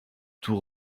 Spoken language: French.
tout